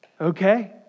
Okay